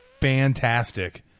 fantastic